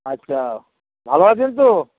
আচ্ছা ভালো আছেন তো